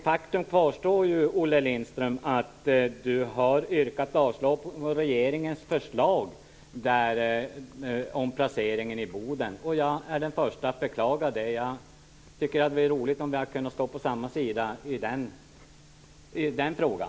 Faktum kvarstår, nämligen att Olle Lindström har yrkat avslag på regeringens förslag om placeringen i Boden. Jag är den förste att beklaga det. Det skulle ha varit roligt om vi hade kunnat stå på samma sida i den frågan.